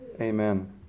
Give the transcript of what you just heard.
Amen